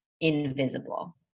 invisible